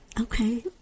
Okay